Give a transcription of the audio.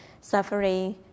suffering